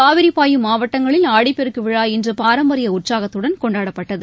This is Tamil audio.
காவிரி பாயும் மாவட்டங்களில் ஆடிப்பெருக்கு விழா இன்று பாரம்பரிய உற்சாகத்துடன் கொண்டாடப்பட்டது